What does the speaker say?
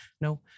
No